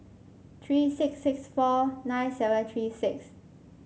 three six six four nine seven three six